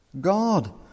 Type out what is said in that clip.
God